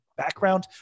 Background